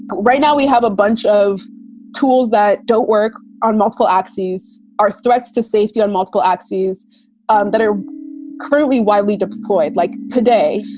right now, we have a bunch of tools that don't work on multiple axes are threats to safety on multiple axes and that are currently widely deployed like today.